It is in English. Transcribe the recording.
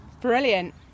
brilliant